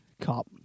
Cop